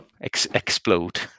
explode